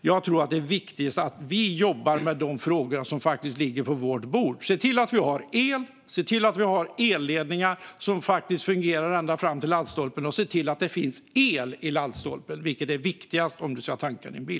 Jag tror att det viktigaste är att vi jobbar med de frågor som ligger på vårt bord: se till att vi har el, se till att vi har elledningar som fungerar ända fram till laddstolpen och se till att det finns el i laddstolpen, vilket är viktigast om man ska tanka sin bil.